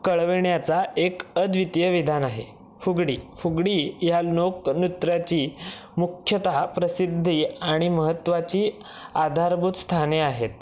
कळविण्याचा एक अव्दितीय विधान आहे फुगडी फुगडी या लोकनृत्याची मुख्यतः प्रसिद्धी आणि महत्वाची आधारभूत स्थाने आहेत